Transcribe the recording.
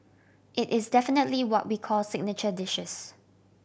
it is definitely what we call signature dishes